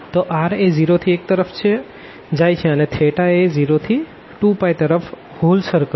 તો r એ 0 થી 1 તરફ જાય છે અને થેટા એ 0 to 2π તરફ હોલ સર્કલ